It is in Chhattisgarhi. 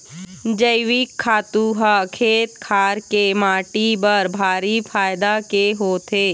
जइविक खातू ह खेत खार के माटी बर भारी फायदा के होथे